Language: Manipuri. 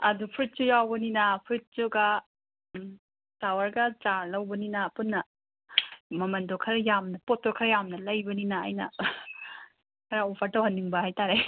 ꯑꯗꯨ ꯐ꯭ꯔꯨꯏꯠꯁꯨ ꯌꯥꯎꯕꯅꯤꯅ ꯐ꯭ꯔꯨꯏꯠꯇꯨꯒ ꯎꯝ ꯐ꯭ꯂꯥꯋꯔꯒ ꯆꯥꯔꯥ ꯂꯧꯕꯅꯤꯅ ꯄꯨꯟꯅ ꯃꯃꯜꯗꯣ ꯈꯔ ꯌꯥꯝꯅ ꯄꯣꯠꯇꯣ ꯈꯔ ꯌꯥꯝꯅ ꯂꯩꯕꯅꯤꯅ ꯑꯩꯅ ꯈꯔ ꯑꯣꯐꯔ ꯇꯧꯍꯟꯅꯤꯡꯕ ꯍꯥꯏꯇꯥꯔꯦ